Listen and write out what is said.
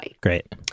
Great